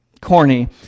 corny